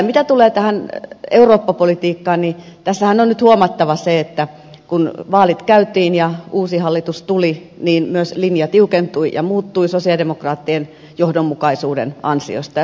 mitä tulee tähän eurooppa politiikkaan niin tässähän on nyt huomattava se että kun vaalit käytiin ja uusi hallitus tuli niin myös linja tiukentui ja muuttui sosialidemokraattien johdonmukaisuuden ansiosta ja se on hyvin tärkeää